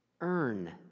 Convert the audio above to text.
earn